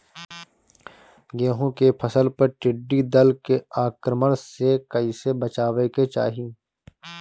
गेहुँ के फसल पर टिड्डी दल के आक्रमण से कईसे बचावे के चाही?